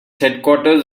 headquarters